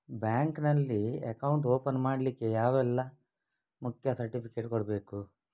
Bank ನಲ್ಲಿ account open ಮಾಡ್ಲಿಕ್ಕೆ ಯಾವುದೆಲ್ಲ ಮುಖ್ಯ ಸರ್ಟಿಫಿಕೇಟ್ ಕೊಡ್ಬೇಕು?